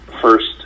first